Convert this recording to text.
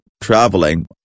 traveling